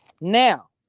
now